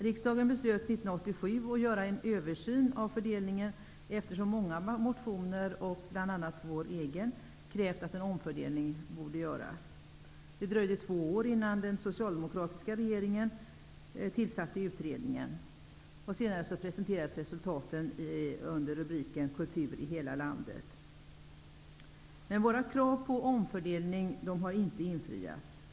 Riksdagen beslöt år 1987 att göra en översyn av fördelningen eftersom man i många motioner, bl.a. vår egen, krävt att en omfördelning borde göras. Det dröjde två år innan den socialdemokratiska regeringen tillsatte utredningen. Resultaten presenterades senare under rubriken Kultur i hela landet. Våra krav på omfördelning har inte infriats.